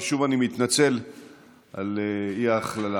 שוב, אני מתנצל על האי-הכללה.